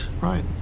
Right